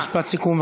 אז משפט סיכום,